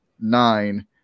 nine